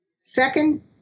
Second